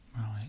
Right